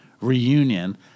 reunion